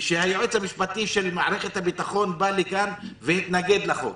כשהיועץ המשפטי של מערכת הביטחון בא לכאן והתנגד לחוק.